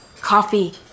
Coffee